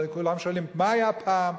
כולם שואלים: מה היה פעם?